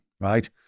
Right